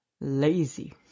Lazy